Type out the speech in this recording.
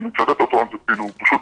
אני מצטט אותו פשוט,